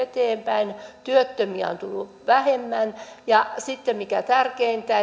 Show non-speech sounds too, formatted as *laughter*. eteenpäin työttömiä on tullut vähemmän ja sitten mikä tärkeintä *unintelligible*